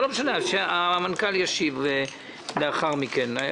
המנכ"ל ישיב לאחר מכן.